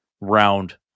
round